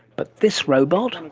but this robot,